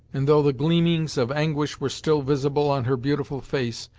and, though the gleamings of anguish were still visible on her beautiful face,